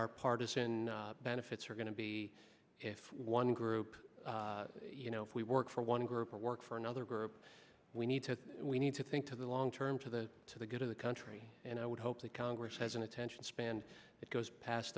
our partisan benefits are going to be if one group you know if we work for one group or work for another group we need to we need to think to the long term to the to the good of the country and i would hope that congress has an attention span that goes past